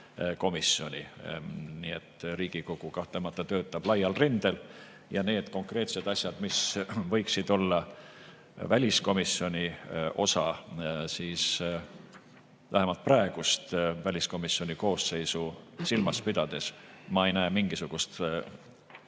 komisjonis. Riigikogu kahtlemata töötab laial rindel. Need konkreetsed asjad, mis võiksid olla väliskomisjoni osa, vähemalt praegust väliskomisjoni koosseisu silmas pidades – ma ei näe mingisugust